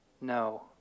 no